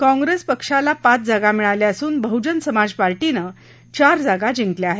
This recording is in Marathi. काँप्रेसला पक्षाला पाच जागा मिळाल्या असून बहुजन समाज पार्टीनं चार जागा जिंकल्या आहेत